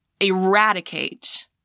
Eradicate